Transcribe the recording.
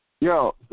Yo